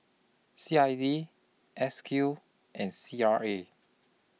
C I D S Q and C R A